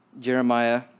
Jeremiah